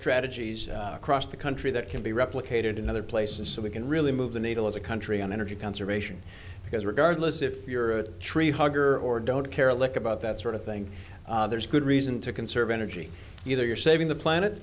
strategies across the country that can be replicated in other places so we can really move the needle as a country on energy conservation because regardless if you're a tree hugger or don't care a lick about that sort of thing there's good reason to conserve energy either you're saving the planet